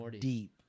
deep